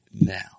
now